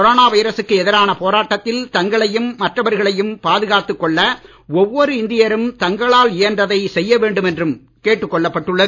corona வைரசுக்கு எதிரான போராட்டத்தில் தங்களையும் மற்றவர்களையும் பாதுகாத்துக் கொள்ள ஒவ்வொரு இந்தியரும் தங்களால் இயன்றதை செய்ய வேண்டும் என்றும் கேட்டுக் கொள்ளப்பட்டுள்ளது